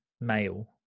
male